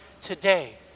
today